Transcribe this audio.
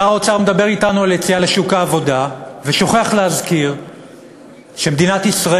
שר האוצר מדבר אתנו על יציאה לשוק העבודה ושוכח להזכיר שמדינת ישראל